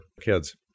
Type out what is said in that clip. kids